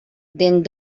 dent